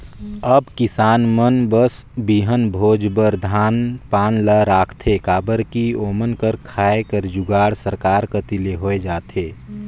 अब किसान मन बस बीहन भोज बर धान पान ल राखथे काबर कि ओमन कर खाए कर जुगाड़ सरकार कती ले होए जाथे